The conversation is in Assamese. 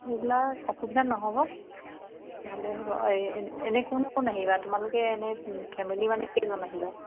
সেইবিলাক অসুবিধা নহ'ব ভালে হ'ব এনে কোন কোন আহিবা তোমালোকে এনে ফেমিলি মানে কেইজন আহিবা